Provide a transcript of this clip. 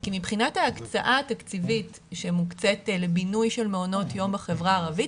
כי מבחינת ההקצאה התקציבית שמוקצית לבינוי של מעונות יום בחברה הערבית